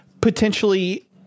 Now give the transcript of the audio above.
potentially